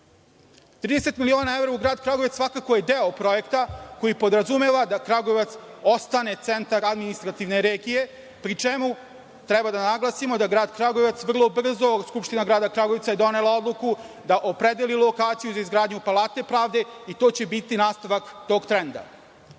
miliona evra u grad Kragujevac svakako je deo projekta koji podrazumeva da Kragujevac ostane centar administrativne regije, pri čemu treba da naglasimo da grad Kragujevac vrlo brzo, Skupština grada Kragujevca je donela odluku da opredeli lokaciju za izgradnju Palate pravde i to će biti nastavak tog trenda. Drugi